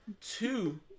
Two